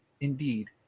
indeed